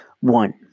One